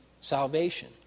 salvation